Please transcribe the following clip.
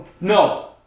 No